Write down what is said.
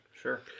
Sure